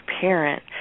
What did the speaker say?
parent